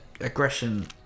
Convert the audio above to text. aggression